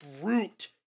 brute